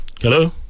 Hello